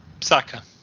Saka